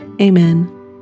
Amen